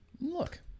Look